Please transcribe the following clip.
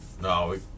No